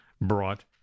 brought